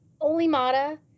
Olimata